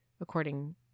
according